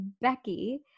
Becky